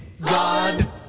God